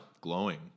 Glowing